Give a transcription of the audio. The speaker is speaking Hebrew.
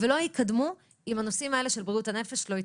ולא יקדמו אם הנושאים האלה של בריאות הנפש לא יתקדמו.